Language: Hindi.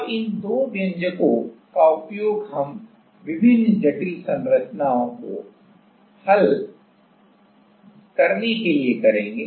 अब इन दो व्यंजकों का उपयोग हम विभिन्न जटिल संरचनाओं को हल करने के लिए करेंगे